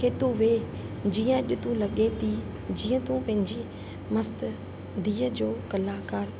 खे तूं वेहु जीअं अॼु तूं लॻे थी जीअं तू पंहिंजी मस्तु धीअ जो कलाकार